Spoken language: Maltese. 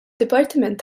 dipartiment